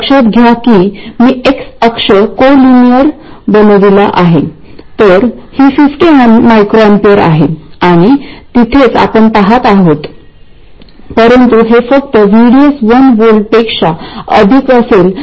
त्यामुळे आपल्याला देखील माहिती आहे की जर तो सॅच्युरेशन मध्ये असेल तर ID हा kn22 असा असेल